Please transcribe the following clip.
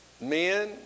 Men